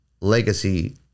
legacy